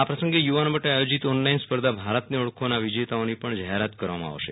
આ પ્રસંગે યુવાનો માટે આયોજીત ઓનલાઈન સ્પર્ધા ભારતને ઓળખો નાં વિજેતાઓની પણ જાહેરાત કરવામાં આવશે